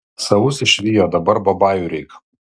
savus išvijo dabar babajų reik